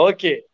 Okay